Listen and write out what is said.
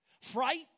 Fright